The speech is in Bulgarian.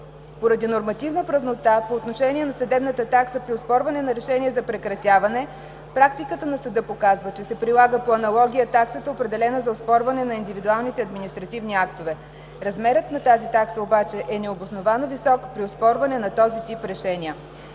Поради нормативна празнота по отношение на съдебната такса при оспорване на решение за прекратяване, практиката на съда показва, че се прилага по аналогия таксата, определена за оспорване на индивидуалните административни актове. Размерът на тази такса обаче е необосновано висок при оспорване на този тип решения.